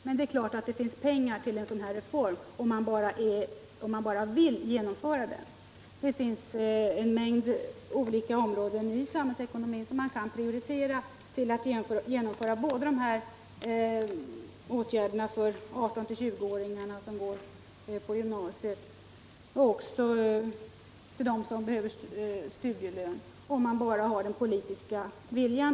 Herr talman! Vi skall inte gå in på ekonomisk politik, men det är klart att det finns pengar till en sådan här reform om man bara vill genomföra den. Det finns en mängd olika områden i samhällsekonomin som man kan prioritera för att genomföra de här åtgärderna både för 18-20-åringarna som går på gymnasiet och för dem som behöver studielön, om man bara har den politiska viljan.